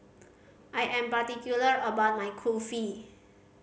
I am particular about my Kulfi